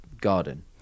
garden